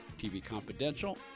tvconfidential